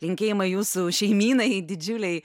linkėjimai jūsų šeimynai didžiulei